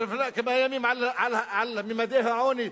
דיברנו לפני כמה ימים על ממדי העוני,